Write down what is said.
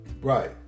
Right